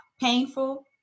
painful